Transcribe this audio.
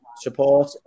support